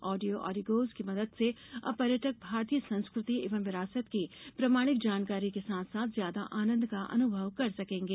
audio ओडिगोज की मदद से अब पर्यटक भारतीय संस्कृति एवं विरासत की प्रमाणिक जानकारी के साथ साथ ज्यादा आनंद का अनुभव कर सकेंगे